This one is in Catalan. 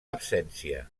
absència